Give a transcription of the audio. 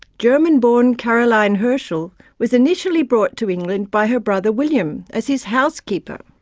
german-born caroline herschel was initially brought to england by her brother william as his housekeeper.